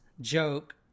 joke